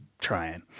trying